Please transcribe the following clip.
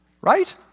right